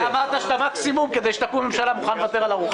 אמרת שכדי שתקום ממשלה אתה מקסימום מוכן לוותר על ארוחת צוהריים.